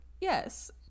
Yes